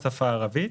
בשפה הערבית,